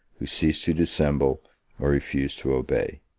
who ceased to dissemble or refused to obey.